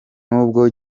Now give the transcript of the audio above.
nubwo